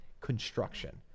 construction